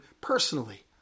personally